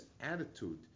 attitude